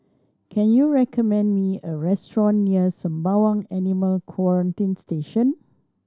can you recommend me a restaurant near Sembawang Animal Quarantine Station